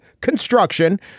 construction